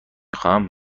خواهم